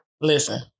Listen